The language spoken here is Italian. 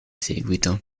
seguito